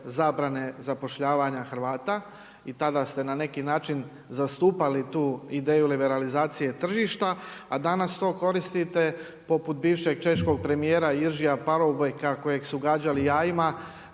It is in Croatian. zabrane zapošljavanja Hrvata. I tada ste na neki način zastupali tu ideju liberalizacije tržišta, a danas to koristite poput bivšeg češkog premijera Iržija Parobojka kojeg su gađali jajima